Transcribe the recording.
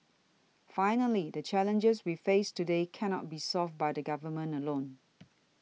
finally the challenges we face today cannot be solved by the Government alone